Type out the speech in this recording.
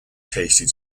tasted